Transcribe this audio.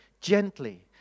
gently